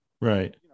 right